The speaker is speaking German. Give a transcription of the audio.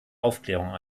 aufklärung